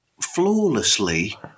flawlessly